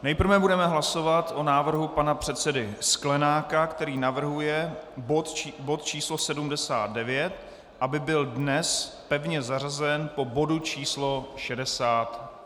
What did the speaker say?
Nejprve budeme hlasovat o návrhu pana předsedy Sklenáka, který navrhuje, aby bod číslo 79 byl dnes pevně zařazen po bodu číslo 63.